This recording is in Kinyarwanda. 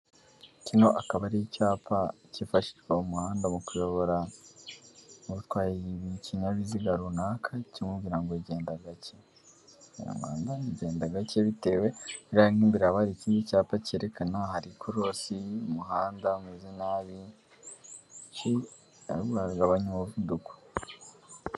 Kino akaba ari icyapa kifashishwa mu muhanda mu kuyobora utwaye ikinyabiziga runaka kimubwira ngo genda gake, bigenda gake bitewe nk'imbera hari ikindi cyapa cyerekana hari korosi y'umuhanda umeze nabi cyi gabanya umuvuduko.